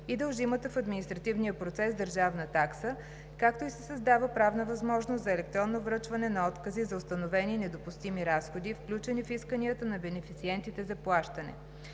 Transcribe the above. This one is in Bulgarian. и дължимата в административния процес държавна такса, както и се създава правна възможност за електронно връчване на откази за установени недопустими разходи, включени в исканията на бенефициентите за плащане.